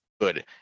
good